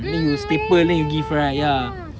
mm ya ya ya ya ya ya